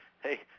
Hey